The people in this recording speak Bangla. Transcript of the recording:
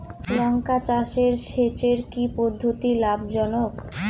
লঙ্কা চাষে সেচের কি পদ্ধতি লাভ জনক?